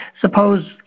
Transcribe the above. suppose